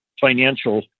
financial